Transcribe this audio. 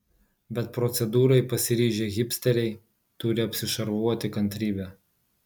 bet procedūrai pasiryžę hipsteriai turi apsišarvuoti kantrybe